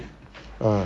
ah